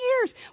years